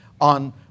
on